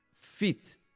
fit